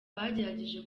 bagerageje